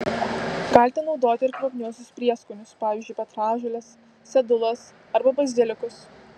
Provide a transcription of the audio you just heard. galite naudoti ir kvapniuosius prieskonius pavyzdžiui petražoles sedulas arba bazilikus